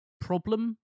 problem